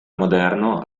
moderno